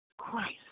Christ